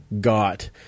got